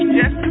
yes